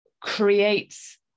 creates